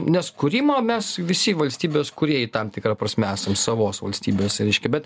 nes kūrimo mes visi valstybės kūrėjai tam tikra prasme esam savos valstybės reiškia bet